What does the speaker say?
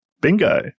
Bingo